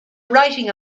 writing